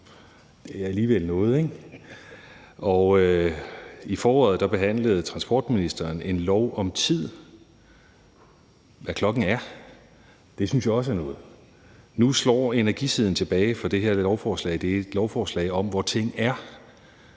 Det er alligevel noget, ikke? Og i foråret behandlede transportministeren en lov om tid – hvad klokken er. Det synes jeg også er noget. Nu slår energisiden tilbage, for det her lovforslag er et lovforslag om, hvor ting er.